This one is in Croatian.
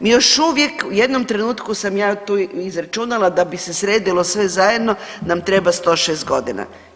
Mi još uvijek u jednom trenutku sam ja tu izračunala da bi se sredilo sve zajedno nam treba 106 godina.